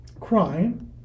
crime